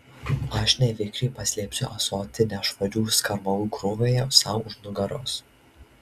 aš nevikriai paslepiu ąsotį nešvarių skarmalų krūvoje sau už nugaros